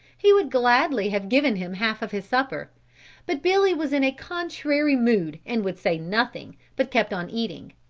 he would gladly have given him half of his supper but billy was in a contrary mood and would say nothing, but kept on eating.